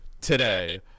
today